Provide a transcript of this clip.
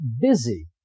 busy